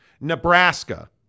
Nebraska